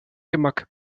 gemak